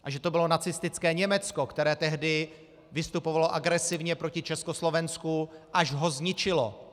A že to bylo nacistické Německo, které tehdy vystupovalo agresivně proti Československu, až ho zničilo.